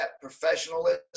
professionalism